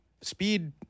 Speed